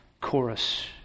chorus